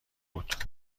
بود